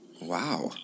Wow